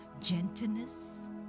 gentleness